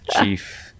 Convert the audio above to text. Chief